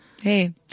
Hey